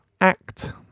act